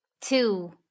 Two